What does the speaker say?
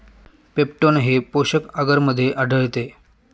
peptone हे पोषक आगरमध्ये आढळते